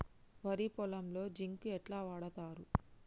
వరి పొలంలో జింక్ ఎట్లా వాడుతరు?